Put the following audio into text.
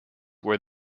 where